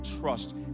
trust